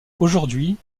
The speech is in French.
aujourd’hui